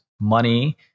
money